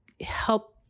help